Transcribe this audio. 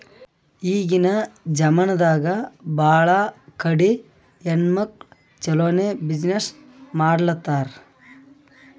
ಈಗಿನ್ ಜಮಾನಾದಾಗ್ ಭಾಳ ಕಡಿ ಹೆಣ್ಮಕ್ಕುಳ್ ಛಲೋನೆ ಬಿಸಿನ್ನೆಸ್ ಮಾಡ್ಲಾತಾರ್